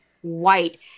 white